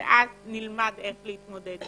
ורק אז נלמד איך להתמודד איתו.